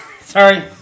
Sorry